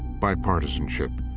bipartisanship,